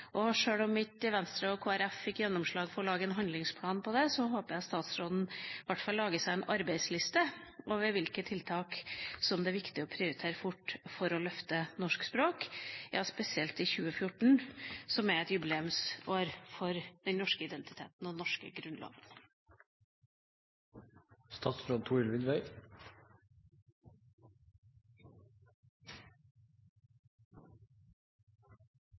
idéliste. Sjøl om ikke Venstre og Kristelig Folkeparti fikk gjennomslag for å lage en handlingsplan for gjennomføringa av dem, håper jeg at statsråden i hvert fall lager seg en arbeidsliste over hvilke tiltak som det er viktig å prioritere fort for å løfte norsk språk – ja spesielt i 2014, som er et jubileumsår for den norske identiteten og den norske grunnloven.